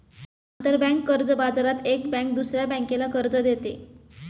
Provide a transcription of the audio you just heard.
आंतरबँक कर्ज बाजारात एक बँक दुसऱ्या बँकेला कर्ज देते